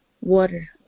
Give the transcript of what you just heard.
water